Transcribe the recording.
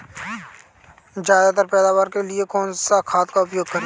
ज्यादा पैदावार के लिए कौन सी खाद का प्रयोग करें?